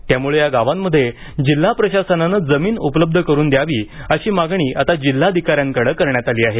त्यामुळे या गावांमध्ये जिल्हा प्रशासनानं जमीन उपलब्ध करून द्यावी अशी मागणी आता जिल्हाधिकाऱ्यांकडे करण्यात आली आहे